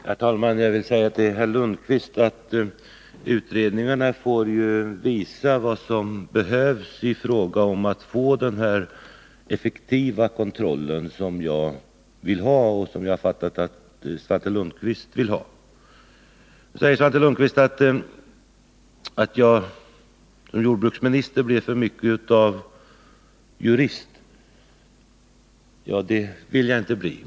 Herr talman! Jag vill säga till herr Lundkvist att utredningarna får visa vad som behövs för att vi skall få den effektiva kontroll som jag vill ha och som jag fattat att också Svante Lundkvist vill ha. Så säger Svante Lundkvist att jordbruksministern blivit för mycket av jurist. Det vill jag inte bli.